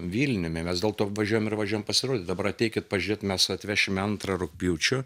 vilniumi mes dėlto važiuojam ir važiuojam pasirodyt dabar ateikit pažiūrėt mes atvešime antrą rugpjūčio